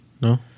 No